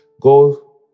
go